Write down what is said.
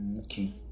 Okay